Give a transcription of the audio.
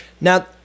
Now